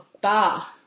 bar